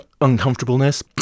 uncomfortableness